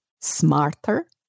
smarter